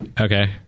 Okay